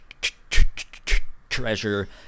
treasure